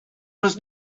was